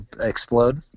explode